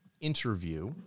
interview